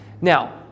Now